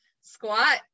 squat